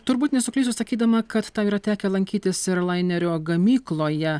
turbūt nesuklysiu sakydama kad tau yra tekę lankytis ir lainerio gamykloje